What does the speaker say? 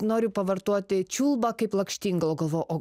noriu pavartoti čiulba kaip lakštingala o galvojau o